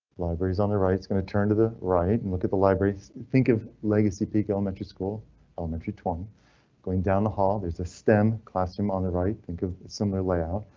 libraries on the right it's going to turn to the right and look at the library. think of legacy peak elementary school elementary twenty going down the hall, there's a stem classroom on the right. think of similar layout.